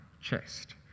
chest